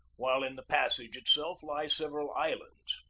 while in the passage itself lie several islands.